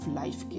life